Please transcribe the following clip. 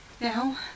now